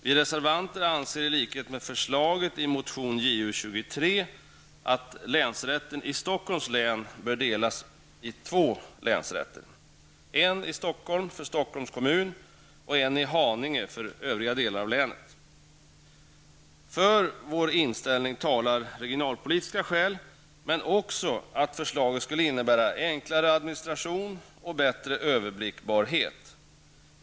Vi reservanter anser i enlighet med förslaget i motion Ju23 att länsrätten i Stockholms län bör delas upp i två länsrätter en i Stockholm för Stockholms kommun och en i Haninge för övriga delar av länet. För vår inställning talar regionalpolitiska skäl. Men förslaget skulle också, om det genomfördes, innebära enklare administration och bättre överblickbarhet.